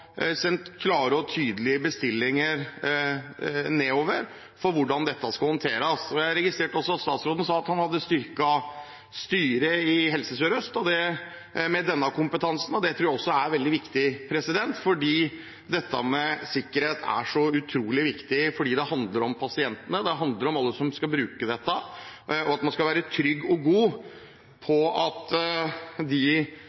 tydelige bestillinger nedover om hvordan dette skal håndteres. Jeg registrerte også at statsråden sa at han hadde styrket styret i Helse Sør-Øst med denne typen kompetanse, og det tror jeg også er veldig viktig. Sikkerhet er utrolig viktig, for det handler om pasientene og alle dem som skal bruke dette, og at man skal være trygg på at de opplysningene som ligger der, er sikret på en god måte. De